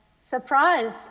surprise